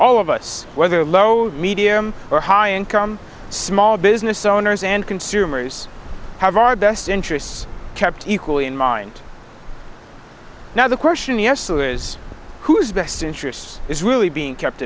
all of us whether low medium or high income small business owners and consumers have our best interests kept equally in mind now the question yes so is whose best interests is really being kept